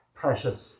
precious